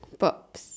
but